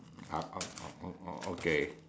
ah oh oh oh okay